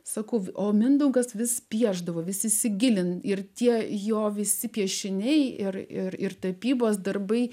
sakau o mindaugas vis piešdavo vis įsigilinti ir tie jo visi piešiniai ir ir tapybos darbai